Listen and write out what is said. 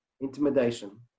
intimidation